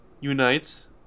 unites